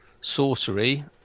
sorcery